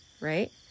right